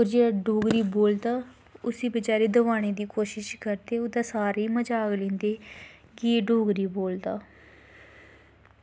और जेह्ड़ा डोगरी बोलदा उसी बचैरे गी दबाने दी कोशिश करदे ओह्दा सारे ई मज़ाक लैंदे कि एह् डोगरी बोलदा